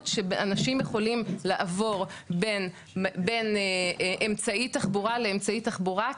שאנשים יכולים לעבור בין אמצעי תחבורה לאמצעי תחבורה,